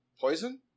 poison